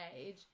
age